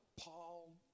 Paul